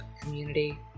community